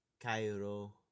cairo